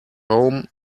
home